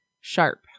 sharp